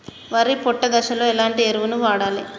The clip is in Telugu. వరి పొట్ట దశలో ఎలాంటి ఎరువును వాడాలి?